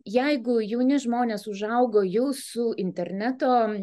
jeigu jauni žmonės užaugo jau su interneto